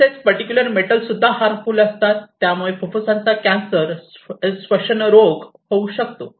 तसेच particular metal सुद्धा harmful असतात त्यामुळे फुप्फुसांचा कॅन्सर श्वसन रोग होऊ शकतो